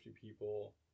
people